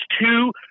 two